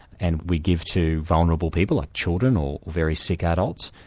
and we give to vulnerable people, like children or very sick adults,